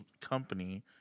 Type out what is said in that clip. company